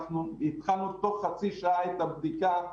אנחנו התחלנו תוך חצי שעה את הבדיקה.